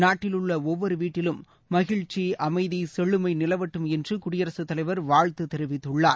நாட்டிலுள்ள ஒவ்வொரு வீட்டிலும் மகிழ்ச்சி அமைதி செமுமை நிலவட்டும் என்று குடியரசு தலைவர் வாழ்த்து தெரிவித்துள்ளார்